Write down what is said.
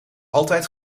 altijd